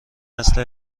نسل